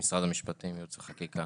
ממשרד המשפטים, ייעוץ וחקיקה.